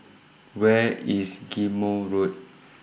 Where IS Ghim Moh Road